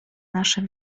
nasze